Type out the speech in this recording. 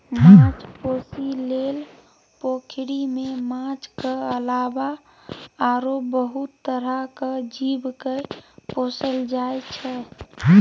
माछ पोसइ लेल पोखरि मे माछक अलावा आरो बहुत तरहक जीव केँ पोसल जाइ छै